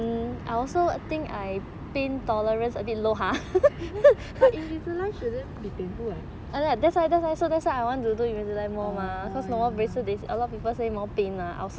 but invisalign shouldn't be painful [what]